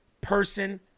person